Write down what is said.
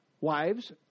Wives